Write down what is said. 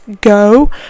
go